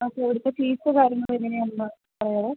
അപ്പോൾ അവിടുത്തെ ഫീസോ കാര്യങ്ങളോ എങ്ങനെയാന്ന് ഒന്ന് പറയാമോ